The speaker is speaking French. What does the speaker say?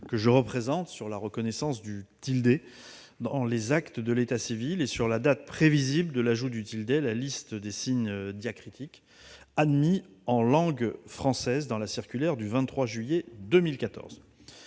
que je représente ici, sur la reconnaissance du tilde dans les actes de l'état civil et sur la date prévisible de l'ajout de ce signe à la liste des signes diacritiques admis en langue française au travers de la circulaire du 23 juillet 2014.